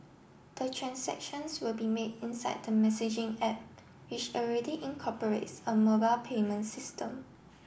the transactions will be made inside the messaging app which already incorporates a mobile payment system